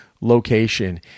location